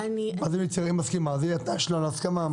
אם היא מסכימה, אז זה יהיה התנאי שלה להסכמה.